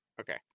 Okay